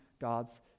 God's